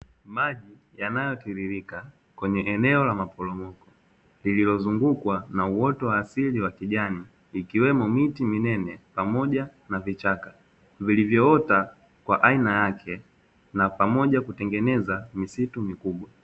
Maji yanayotiririka kwenye eneo la maporomoko, lililozungukwa na uoto wa asili wa kijani ikiwemo miti minene pamoja na vichaka, vilivyoota kwa aina yake, na pamoja kutengeneza misitu mikubwa.